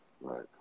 right